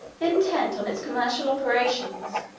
intent on its commercial operations,